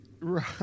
Right